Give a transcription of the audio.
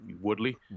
Woodley